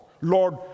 Lord